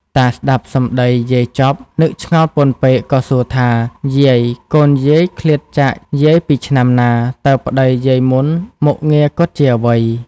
តាស្ដាប់សំដីយាយចប់ នឹកឆ្ងល់ពន់ពេកក៏សួរថា យាយ កូនយាយ ឃ្លាតចាកយាយពីឆ្នាំណា តើប្ដីយាយមុនមុខងារគាត់ជាអ្វី ។